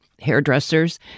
hairdressers